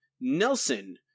Nelson